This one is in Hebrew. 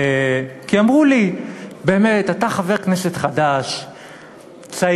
כי אמרו לי: באמת, אתה חבר כנסת חדש, צעיר,